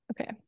Okay